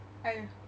I